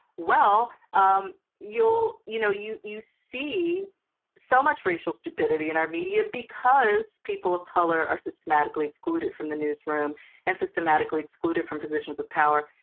well, um you know you you see so much racial stupidity in our media because people of color are systematically excluded from the newsroom and systematically excluded from positions of power.